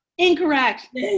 incorrect